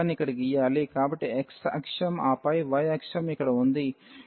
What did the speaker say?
కాబట్టి x అక్షం ఆపై y అక్షం ఇక్కడ ఉంది